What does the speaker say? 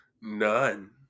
None